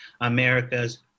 America's